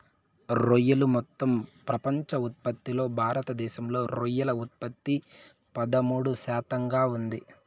రొయ్యలు మొత్తం ప్రపంచ ఉత్పత్తిలో భారతదేశంలో రొయ్యల ఉత్పత్తి పదమూడు శాతంగా ఉంది